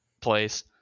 place